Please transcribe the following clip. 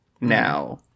now